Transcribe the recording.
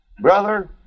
Brother